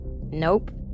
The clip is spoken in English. Nope